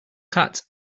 cats